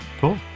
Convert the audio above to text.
Cool